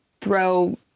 throw